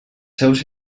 seus